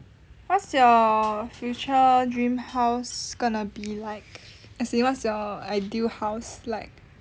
what's your future dream house gonna be like as in what's your ideal house like